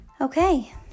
okay